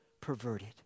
perverted